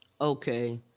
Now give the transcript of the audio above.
okay